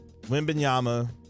Wimbenyama